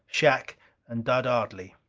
shac and dud ardley.